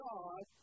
God